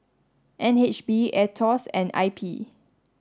N H B AETOS and I P